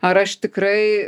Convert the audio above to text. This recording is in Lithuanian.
ar aš tikrai